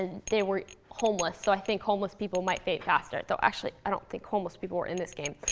ah they were homeless, so i think homeless people might faint faster. though actually, i don't think homeless people were in this game.